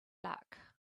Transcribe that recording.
luck